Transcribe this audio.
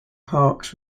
parks